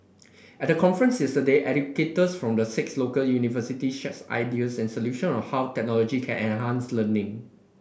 at the conference yesterday educators from the six local universities shares ideas and solution on how technology can enhance learning